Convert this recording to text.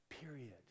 period